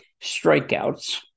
strikeouts